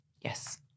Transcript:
Yes